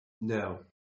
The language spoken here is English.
No